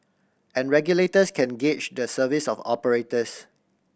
and regulators can gauge the service of operators